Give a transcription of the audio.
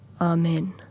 Amen